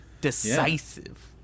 decisive